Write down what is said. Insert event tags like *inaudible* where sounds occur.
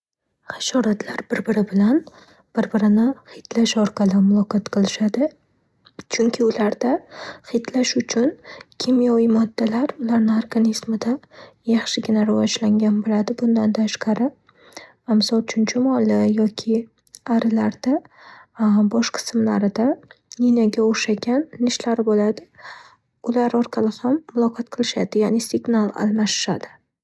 Hashorotlar bir-biri bilan bir-birini hidlash orqali muloqot qilishadi. Chunki ularda hidlash uchun kimyoviy moddalar ularni organizmida yaxshigina rivojlangan bo'ladi. Bundan tashqari, misol uchun chumoli yoki arilarda *hesitation* bosh qismlarida ninaga o'xshagan nishlari bo'ladi. Ular orqali ham muloqot qilishadi ya'ni signal almashishadi.